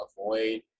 avoid